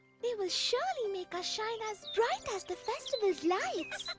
they will surely make us shine as bright as the festival's lights.